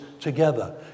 together